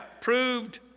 proved